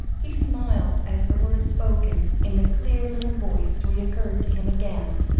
he smiled, as the words spoken in the clear little voice recurred to him again,